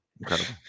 incredible